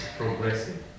progressive